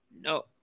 No